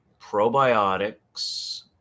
probiotics